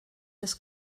his